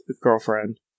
girlfriend